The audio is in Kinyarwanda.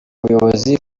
buyobozi